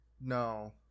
No